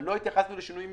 אבל לא התייחסנו לשינויים